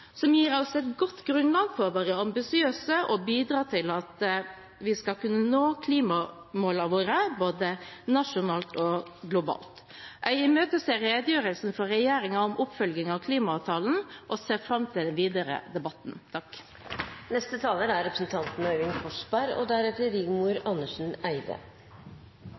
som gir oss et godt grunnlag for å være ambisiøse og bidrar til at vi skal kunne nå klimamålene våre, både nasjonalt og globalt. Jeg imøteser redegjørelsen fra regjeringen om oppfølging av klimaavtalen og ser fram til den videre debatten.